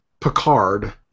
Picard